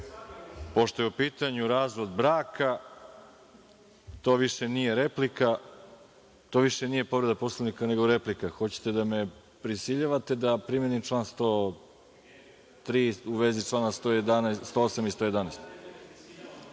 pošto je u pitanju razvod braka, to nije više povreda Poslovnika, nego replika. Hoćete da me prisiljavate da primenim član 103. u vezi člana 108. i